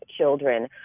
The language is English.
children